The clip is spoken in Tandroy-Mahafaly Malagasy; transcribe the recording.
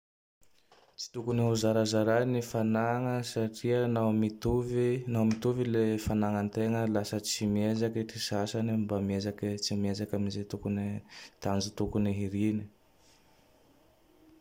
Tsy tokony ho zarazaray ny fanagna satria nao mitovy, nao mitovy le fanagnategna. Lasa tsy miezake ty sasane mba miezake, tsy miezake am ze tokone tanjo tokony hiriny.